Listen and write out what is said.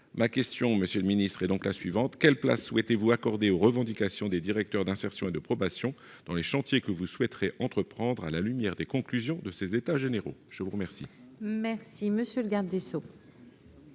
ma question, monsieur le ministre est donc la suivante : quelle place souhaitez-vous accorder aux revendications des directeurs d'insertion et de probation dans les chantiers que vous souhaiterez entreprendre à la lumière des conclusions de ces états généraux, je vous remercie. Merci monsieur le garde des Sceaux.